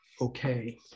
okay